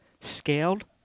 Scaled